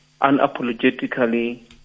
unapologetically